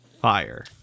Fire